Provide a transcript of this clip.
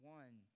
one